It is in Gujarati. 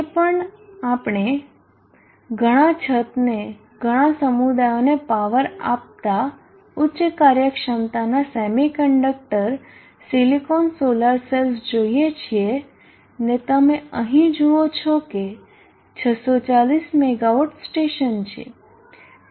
આજે પણ જ્યારે આપણે ઘણાં છતને ઘણા સમુદાયોને પાવર આપતા ઉચ્ચ કાર્યક્ષમતાના સેમિકન્ડક્ટર સિલિકોન સોલાર સેલ્સ જોઈએ છીએ ને તમે અહીં જુઓ છો કે 640 મેગાવોટ સ્ટેશન છે